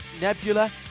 nebula